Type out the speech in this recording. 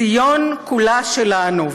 ציון כולה שלנו.